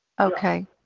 Okay